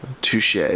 Touche